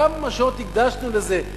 כמה שעות הקדשנו לזה.